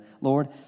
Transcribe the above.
Lord